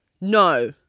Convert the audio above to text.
no